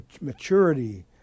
maturity